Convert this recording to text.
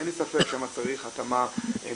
אין לי ספק ששם צריך התאמה מיוחדת.